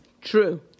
True